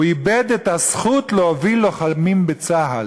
הוא איבד את הזכות להוביל לוחמים בצה"ל.